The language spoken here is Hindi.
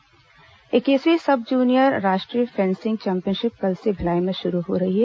फेंसिंग चैंपियनशिप इक्कीसवीं सब जूनियर राष्ट्रीय फेंसिंग चैंपियनशिप कल से भिलाई में शुरू हो रही है